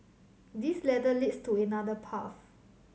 this ladder leads to another path